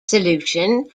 solution